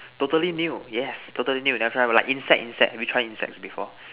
totally new yes totally new never try like insect insect have you tried insect before